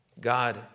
God